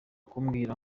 kumbwira